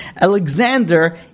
Alexander